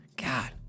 God